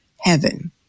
heaven